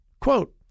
Quote